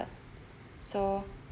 so